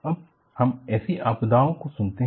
अब हम ऐसी आपदाओं को सुनते हैं